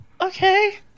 Okay